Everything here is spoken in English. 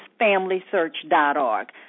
FamilySearch.org